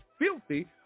filthy